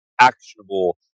actionable